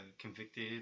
convicted